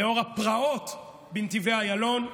לנוכח הפרעות בנתיבי איילון,